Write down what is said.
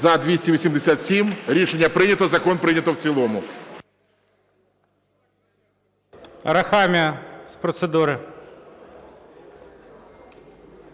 За-287 Рішення прийнято. Закон прийнято в цілому.